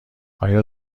آیا